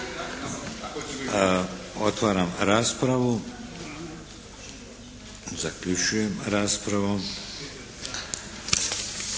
Otvaram raspravu. Zaključujem raspravu.